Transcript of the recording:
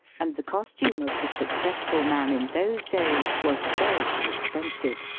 and the costume of the successful man in those days was very expensive,